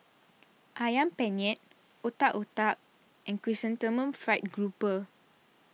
Ayam Penyet Otak Otak and Chrysanthemum Fried Grouper